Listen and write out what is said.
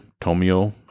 Tomio